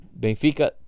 Benfica